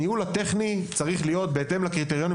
הניהול הטכני צריך להיות בהתאם לקריטריונים